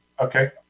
Okay